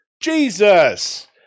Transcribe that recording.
Jesus